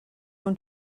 own